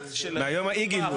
מיום אי הגילוי.